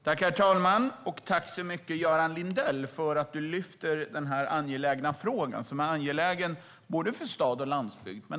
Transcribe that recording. Herr talman! Jag tackar Göran Lindell för att han lyfter upp denna fråga som är angelägen både för stad och landsbygd.